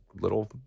little